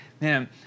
Man